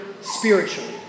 spiritually